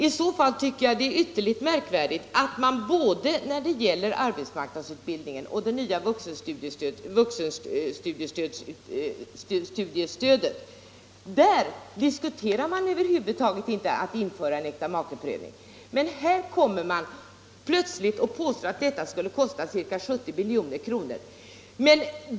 I så fall tycker jag det är ytterligt märkvärdigt att man både när det gäller arbetsmarknadsutbildningen och det nya vuxenstudiestödet över huvud taget inte diskuterar också där ett införande av äktamakeprövning. Men här kommer man plötsligt och påstår att detta skulle kosta ca 70 milj.kr. inom studiemedelssystemet.